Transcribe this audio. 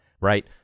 right